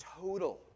total